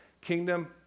kingdom